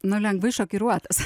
nu lengvai šokiruotas